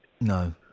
No